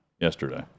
Yesterday